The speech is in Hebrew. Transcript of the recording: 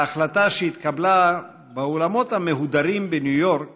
להחלטה שהתקבלה באולמות המהודרים בניו יורק